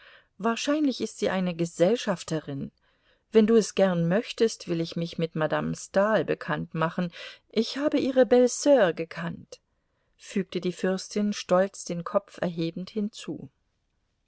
wahrscheinlich ist sie eine gesellschafterin wenn du es gern möchtest will ich mich mit madame stahl bekannt machen ich habe ihre belle sur gekannt fügte die fürstin stolz den kopf erhebend hinzu